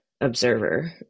observer